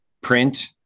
print